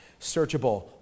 searchable